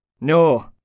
No